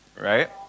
right